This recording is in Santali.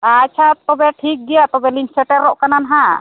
ᱟᱪᱪᱷᱟ ᱛᱚᱵᱮ ᱴᱷᱤᱠ ᱜᱮᱭᱟ ᱛᱚᱵᱮᱞᱤᱧ ᱥᱮᱴᱮᱨᱚᱜ ᱠᱟᱱᱟ ᱱᱟᱦᱟᱜ